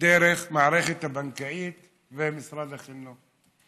חינוך פיננסי דרך המערכת הבנקאית ומשרד החינוך.